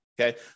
Okay